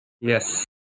Yes